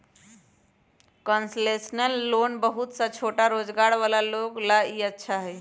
concessional loan में बहुत सा छोटा रोजगार वाला लोग ला ई अच्छा हई